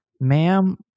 Ma'am